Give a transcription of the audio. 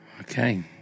okay